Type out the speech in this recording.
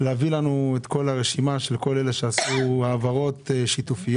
להביא לנו את כל הרשימה של כל אלה שעשו העברות שיתופיות